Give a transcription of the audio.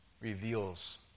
reveals